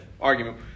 argument